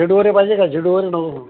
झेंडूवगैरे पाहिजे का झेंडूवगैरे नको देऊ